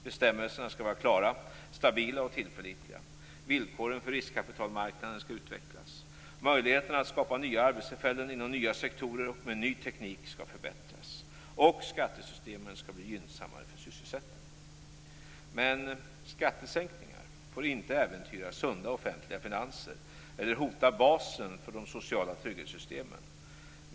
Bestämmelserna skall vara klara, stabila och tillförlitliga. Villkoren för riskkapitalmarknaden skall utvecklas. Möjligheterna att skapa nya arbetstillfällen inom nya sektorer och med ny teknik skall förbättras. Skattesystemen skall bli gynnsammare för sysselsättningen. Men skattesänkningar får inte äventyra sunda, offentliga finanser eller hota basen för de sociala trygghetssystemen.